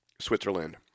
Switzerland